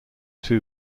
two